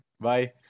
Bye